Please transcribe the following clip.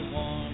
one